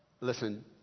listen